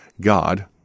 God